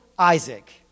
Isaac